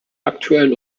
aktuellen